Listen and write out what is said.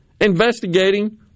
investigating